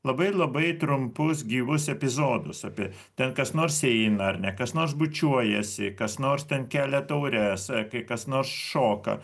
labai labai trumpus gyvus epizodus apie ten kas nors eina ar ne kas nors bučiuojasi kas nors ten kelia taures kai kas nors šoka